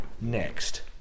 next